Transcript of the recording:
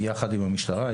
יחד עם המשטרה.